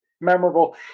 memorable